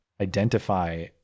identify